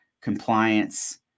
compliance